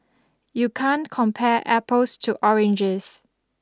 you can't compare apples to oranges